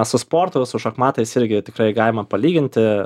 su sportu su šachmatais irgi tikrai galima palyginti